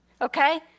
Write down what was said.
Okay